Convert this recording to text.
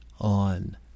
on